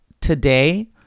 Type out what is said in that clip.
today